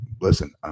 listen